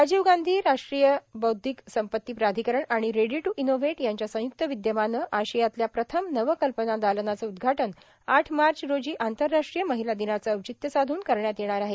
राजीव गांधी राष्ट्रीय बौद्वीक संपत्ती प्राधिकरण आणि रेडी ट्र इनोव्हेट यांच्या संय्क्त विद्यमानं आशियातल्या प्रथम नवकल्पना दालनाचं उद्घाटन आठ मार्च रोजी आंतरराष्ट्रीय महिला दिनाचा औचित्य साधून करण्यात येणार आहे